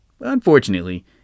Unfortunately